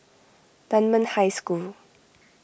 Dunman High School